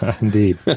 Indeed